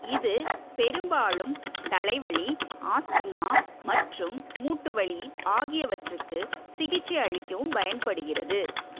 இது பெரும்பாலும் தலைவலி ஆஸ்துமா மற்றும் மூட்டுவலி ஆகியவற்றுக்கு சிகிச்சையளிக்கவும் பயன்படுகிறது